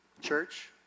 Church